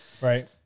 right